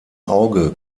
auge